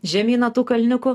žemyn nuo tų kalniukų